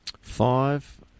Five